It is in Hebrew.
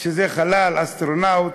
של חלל, אסטרונאוט.